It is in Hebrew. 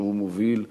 שהוא מוביל,